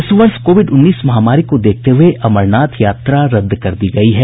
इस वर्ष कोविड उन्नीस महामारी को देखते हुए अमरनाथ यात्रा रद्द कर दी गई है